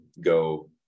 go